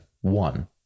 one